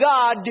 God